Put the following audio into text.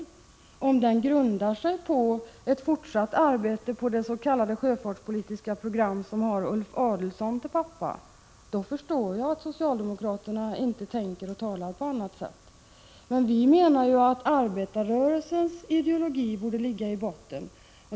Om ideologin och politiken grundar sig på ett fortsatt arbete på det s.k. sjöfartspolitiska program som har Ulf Adelsohn som pappa förstår jag att socialdemokraterna inte tänker och talar på annat sätt. Men vi menar att arbetarrörelsens ideologi borde ligga i botten.